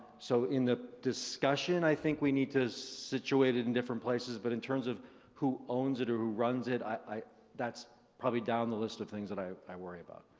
so, in the discussion, i think we need to situate it in different places but in terms of who owns it or who runs it, that's probably down the list of things that i i worry about.